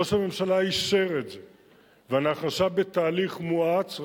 ראש הממשלה אישר את זה, ואנחנו עכשיו בתהליך מואץ.